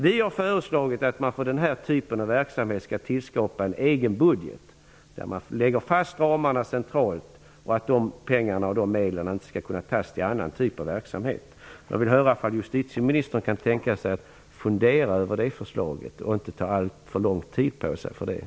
Vi har föreslagit att man för den här typen av verksamhet skall tillskapa en egen budget, där man centralt lägger fast ramarna och där medlen inte skall kunna användas för annan typ av verksamhet. Jag vill höra om justitieministern kan tänka sig att fundera över förslaget och inte ta alltför lång tid på sig för detta.